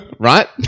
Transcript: Right